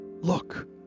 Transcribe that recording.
Look